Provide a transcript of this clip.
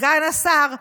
סגן השר ברח,